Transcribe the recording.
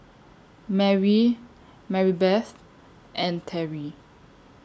Mary Maribeth and Terrie